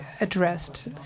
addressed